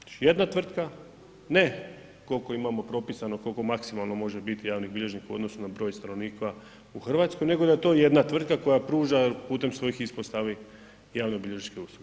Znači jedna tvrtka, ne koliko imamo propisano koliko maksimalno može biti javnih bilježnika u odnosu na broj stanovnika u Hrvatskoj nego da je to jedan tvrtka koja pruža putem svojih ispostava javnobilježničke usluge.